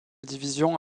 division